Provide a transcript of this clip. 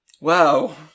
Wow